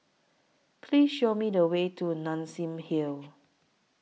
Please Show Me The Way to Nassim Hill